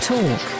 Talk